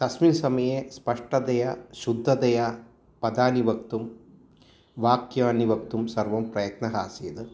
तस्मिन् समये स्पष्टतया शुद्धतया पदानि वक्तुं वाक्यानि वक्तुं सर्वं प्रयत्नः आसीत्